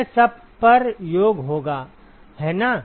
यह सब पर योग होगा है ना